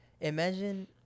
imagine